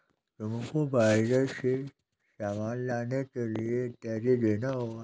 तुमको बॉर्डर से सामान लाने के लिए टैरिफ देना होगा